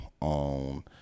on